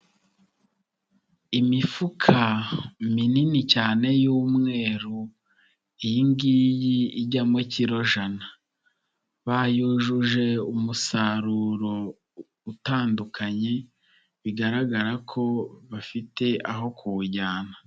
Imifuka minini cyane y'umweru iyi ngiyi ijyamo kirojana, bayujuje umusaruro utandukanye bigaragara ko bafite aho kuwujyana.